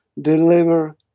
deliver